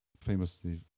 Famously